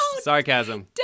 sarcasm